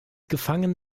gefangen